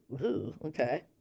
okay